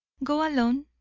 go alone,